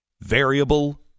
variable